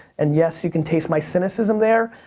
and yes you can taste my cynicism there,